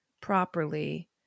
properly